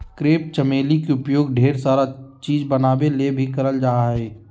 crepe चमेली के उपयोग ढेर सारा चीज़ बनावे ले भी करल जा हय